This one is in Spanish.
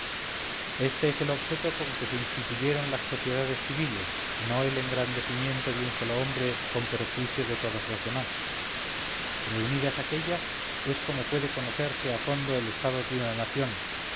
este es el objeto con que se instituyeron las sociedades civiles no el engrandecimiento de un solo hombre con perjuicio de todos los demás reunidas aquellas es como puede conocerse a fondo el estado de una nación